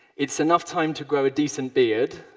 it's enough time to grow a decent beard,